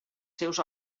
seus